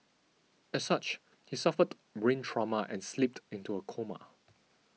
as such he suffered brain trauma and slipped into a coma